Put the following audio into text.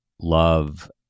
love